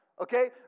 Okay